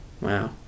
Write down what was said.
wow